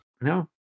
No